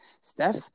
Steph